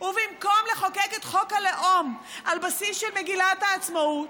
ובמקום לחוקק את חוק הלאום על בסיס מגילת העצמאות,